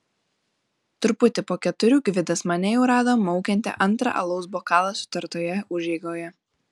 truputį po keturių gvidas mane jau rado maukiantį antrą alaus bokalą sutartoje užeigoje